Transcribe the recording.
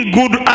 good